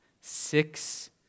six